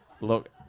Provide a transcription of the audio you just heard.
Look